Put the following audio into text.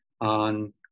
on